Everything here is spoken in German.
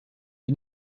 die